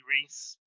Reese